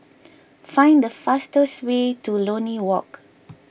find the fastest way to Lornie Walk